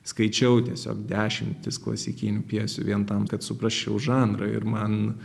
skaičiau tiesiog dešimtis klasikinių pjesių vien tam kad suprasčiau žanrą ir man